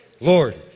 Lord